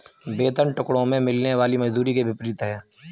वेतन टुकड़ों में मिलने वाली मजदूरी के विपरीत है